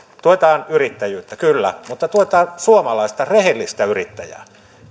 tuetaan yrittäjyyttä kyllä mutta tuetaan suomalaista rehellistä yrittäjää